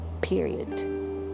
period